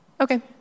okay